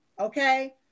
okay